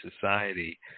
society